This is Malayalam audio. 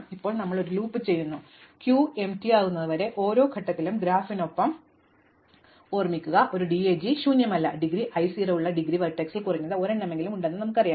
ഇപ്പോൾ ഞങ്ങൾ ഈ ലൂപ്പ് ചെയ്യുന്നു ക്യൂ ശൂന്യമാകുന്നതുവരെ ഇത് ഓരോ ഘട്ടത്തിലും ഗ്രാഫിനൊപ്പം ഓർമ്മിക്കുക a DAG ഒരു ശൂന്യമല്ല ഡിഗ്രി i 0 ഉള്ള ഡിഗ്രി വെർട്ടെക്സിൽ കുറഞ്ഞത് ഒരെണ്ണമെങ്കിലും ഉണ്ടെന്ന് നമുക്കറിയാം